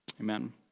Amen